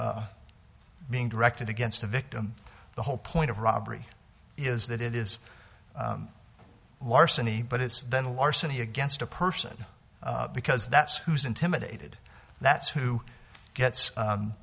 being directed against the victim the whole point of robbery is that it is larceny but it's then larceny against a person because that's who's intimidated that's who gets